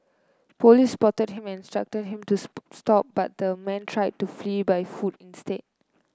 police spotted him and instructed him to stop but the man tried to flee by foot instead